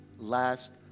last